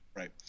Right